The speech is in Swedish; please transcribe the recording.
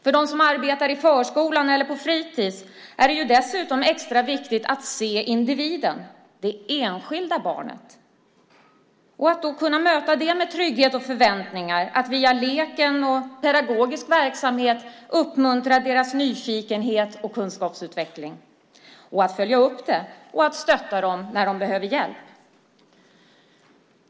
För dem som arbetar i förskolan eller på fritids är det dessutom extra viktigt att se individen - det enskilda barnet - att möta det med trygghet och förväntningar, att via leken och pedagogisk verksamhet uppmuntra barnens nyfikenhet och kunskapsutveckling, att följa upp densamma och att stötta barnen när de behöver hjälp.